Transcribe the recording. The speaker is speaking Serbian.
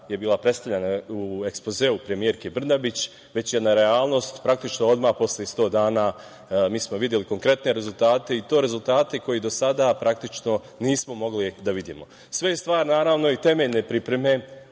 je bila predstavljena u Ekspozeu premijerke Brnabić, već jedna realnost. Praktično, odmah posle i 100 dana mi smo videli konkretne rezultate i to rezultate koje do sada praktično nismo mogli da vidimo. Sve je stvar, naravno, i temeljne pripreme